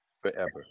Forever